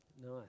Nice